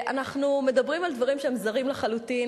אנחנו מדברים על דברים שהם זרים לחלוטין,